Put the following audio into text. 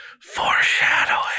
foreshadowing